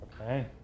Okay